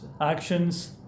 actions